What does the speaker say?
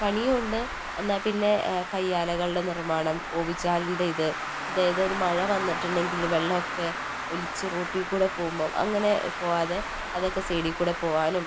പണിയുണ്ട് എന്നാൽ പിന്നെ കയ്യാലകളുടെ നിർമ്മാണം ഓവു ചാലിന്റെ ഇത് അതായത് ഒരു മഴ വന്നിട്ടുണ്ടെങ്കിൽ വെള്ളമൊക്കെ ഒലിച്ചു റോട്ടിൽ കൂടെ പോകുമ്പം അങ്ങനെ പോകാതെ അതൊക്കെ സൈഡി ൽ കൂടെ പോകാനും